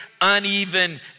uneven